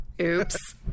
Oops